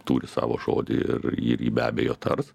turi savo žodį ir jį be abejo tars